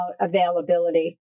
availability